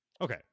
okay